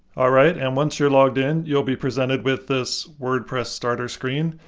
alright, and once you're logged in, you'll be presented with this wordpress starter screen.